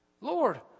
Lord